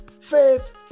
faith